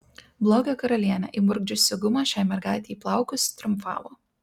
blogio karalienė įmurkdžiusi gumą šiai mergaitei į plaukus triumfavo